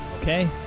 Okay